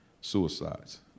suicides